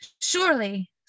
Surely